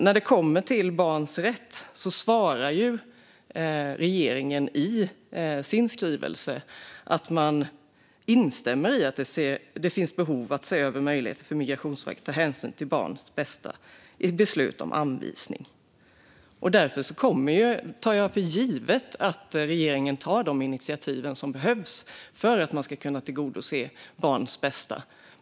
När det gäller barnets rätt svarar ju regeringen i sin skrivelse att man instämmer i att det finns behov av att se över möjligheter för Migrationsverket att ta hänsyn till barnets bästa i beslut om anvisning. Därför tar jag för givet att regeringen tar de initiativ som behövs för att man ska kunna tillgodose barnets bästa.